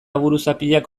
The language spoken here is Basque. buruzapiak